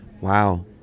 Wow